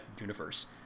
universe